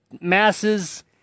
masses